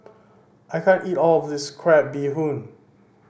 I can't eat all of this crab bee hoon